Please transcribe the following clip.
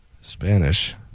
Spanish